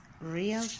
Real